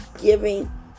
giving